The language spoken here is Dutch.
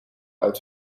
uit